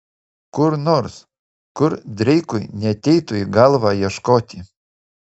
kur nors kur dreikui neateitų į galvą ieškoti